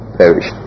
perish